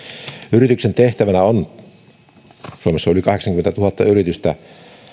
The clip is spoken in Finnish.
yrityksen tehtävänä on suomessa on yli kahdeksankymmentätuhatta yritystä